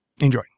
enjoy